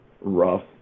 rough